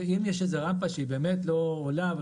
אם יש איזו רמפה שבאמת לא נפתחת